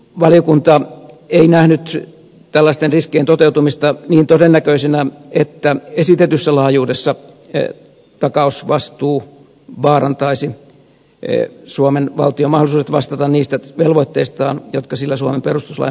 valiokunta ei nähnyt tällaisten riskien toteutumista niin todennäköisenä että esitetyssä laajuudessa takausvastuu vaarantaisi suomen valtion mahdollisuudet vastata niistä velvoitteistaan jotka sillä suomen perustuslain mukaan on